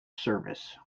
service